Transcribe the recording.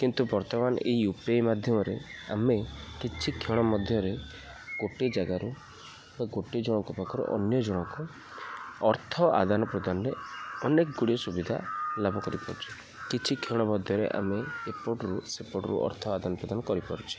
କିନ୍ତୁ ବର୍ତ୍ତମାନ ଏଇ ୟୁ ପି ଆଇ ମାଧ୍ୟମରେ ଆମେ କିଛି କ୍ଷଣ ମଧ୍ୟରେ ଗୋଟେ ଜାଗାରୁ ବା ଗୋଟେ ଜଣଙ୍କ ପାଖରୁ ଅନ୍ୟ ଜଣଙ୍କୁ ଅର୍ଥ ଆଦାନ ପ୍ରଦାନରେ ଅନେକ ଗୁଡ଼ିଏ ସୁବିଧା ଲାଭ କରିପାରୁଛେ କିଛି କ୍ଷଣ ମଧ୍ୟରେ ଆମେ ଏପଟରୁ ସେପଟରୁ ଅର୍ଥ ଆଦାନ ପ୍ରଦାନ କରିପାରୁଛେ